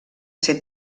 ser